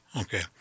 Okay